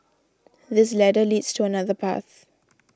this ladder leads to another path